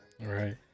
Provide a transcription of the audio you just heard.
Right